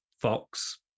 Fox